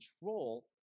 control